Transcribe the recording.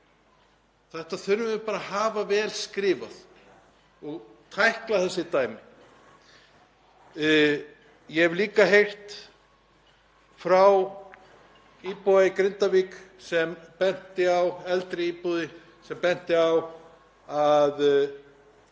Þetta þurfum við bara að hafa vel skrifað og tækla þessi dæmi. Ég hef líka heyrt frá íbúa í Grindavík, eldri íbúa,